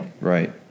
Right